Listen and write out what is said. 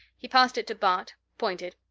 he passed it to bart, pointed.